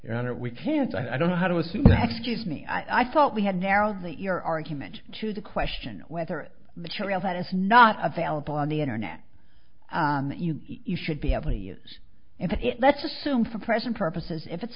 your honor we can't i don't know how to assume that excuse me i thought we had narrowed that your argument to the question whether material that is not available on the internet you should be able to use it let's assume for present purposes if it's